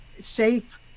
safe